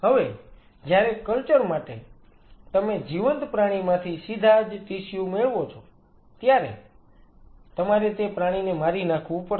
હવે જ્યારે કલ્ચર માટે તમે જીવંત પ્રાણીમાંથી સીધા ટિશ્યુ મેળવો છો ત્યારે તમારે તે પ્રાણીને મારી નાખવું પડશે